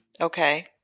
Okay